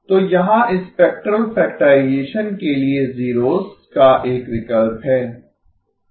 तो यहाँ spectral factorisation के लिए जीरोस का एक विकल्प है